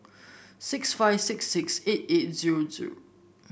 six five six six eight eight zero zero